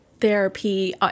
therapy